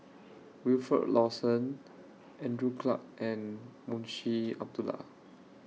Wilfed Lawson Andrew Clarke and Munshi Abdullah